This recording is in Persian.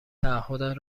تعهدات